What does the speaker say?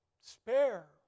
Spare